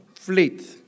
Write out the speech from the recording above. fleet